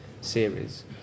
series